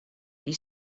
you